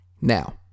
Now